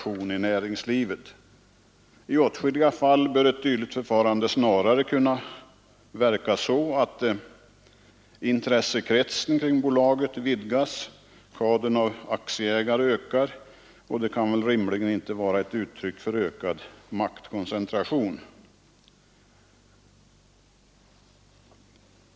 I åtskilliga fall bör ett dylikt förfarande snarast kunna verka så att intressekretsen kring bolaget vidgas och kadern av aktieägare ökar — och det kan rimligen inte vara ett uttryck för ökad maktkoncentration.